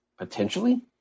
Potentially